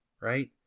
right